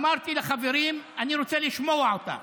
אמרתי לחברים: אני רוצה לשמוע אותה.